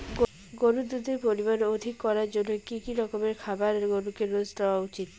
গরুর দুধের পরিমান অধিক করার জন্য কি কি রকমের খাবার গরুকে রোজ দেওয়া উচিৎ?